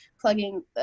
plugging